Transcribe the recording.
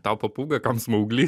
tau papūga kam smaugly